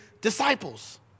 disciples